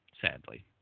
sadly